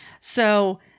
So-